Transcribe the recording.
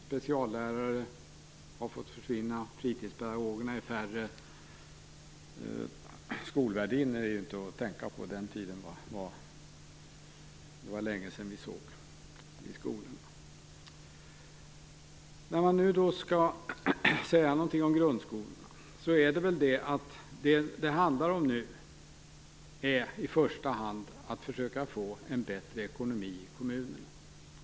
Speciallärare har försvunnit, fritidspedagogerna är färre och skolvärdinnor är inte att tänka på. Det var länge sedan vi såg sådana i skolorna. För grundskolornas del handlar det nu i första hand om att försöka få en bättre ekonomi i kommunerna.